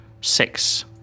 six